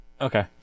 okay